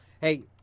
Hey